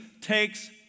takes